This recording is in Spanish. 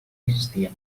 existía